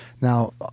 Now